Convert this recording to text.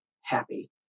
happy